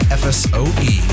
fsoe